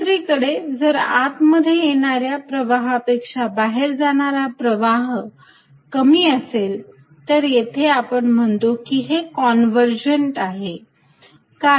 दुसरीकडे जर आत मध्ये येणाऱ्या प्रवाहापेक्षा बाहेर जाणारा प्रवाह हा कमी असेल तर येथे आपण म्हणतो की हे कॉन्वर्झन्ट आहे